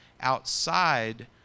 outside